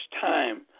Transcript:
time